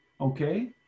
Okay